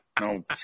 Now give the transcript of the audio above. no